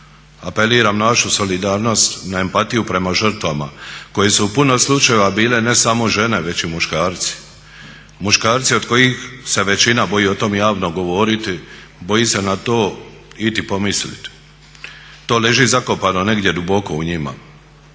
Apeliram na vašu solidarnost, na empatiju prema žrtvama koje su u puno slučajeva bile ne samo žene već i muškarci. Muškarci od kojih se većina boji o tom javno govoriti, boji se na to i pomisliti. To leži zakopano negdje duboko u njima.